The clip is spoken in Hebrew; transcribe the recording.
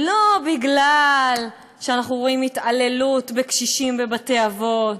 לא בגלל שאנחנו רואים התעללות בקשישים בבתי-אבות,